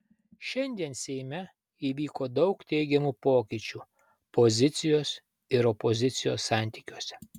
šiandien seime įvyko daug teigiamų pokyčių pozicijos ir opozicijos santykiuose